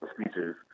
speeches